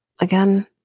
again